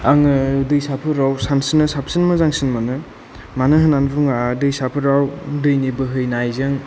आङो दैसाफोराव सानस्रिनो साबसिन मोजांसिन मोनो मानो होननानै बुङोबा दैसाफोराव दैनि बोहैनायजों